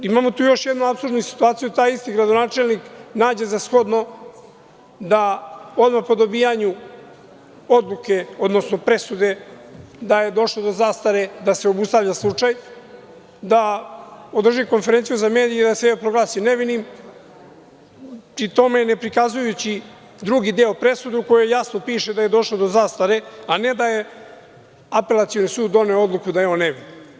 Imamo tu još jednu apsurdnu situaciju, taj isti gradonačelnik nađe za shodno da odmah po dobijanju odluke, odnosno presude da je došlo do zastarenja, da se obustavlja slučaj, da održi konferenciju za medije i da sebe proglasi nevinim, pri tome ne prikazujući drugi deo presude u kojoj jasno piše da je došlo do zastare, a ne da je Apelacioni sud doneo odluku da je on nevin.